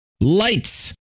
Lights